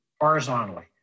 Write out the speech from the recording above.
horizontally